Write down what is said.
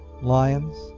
Lions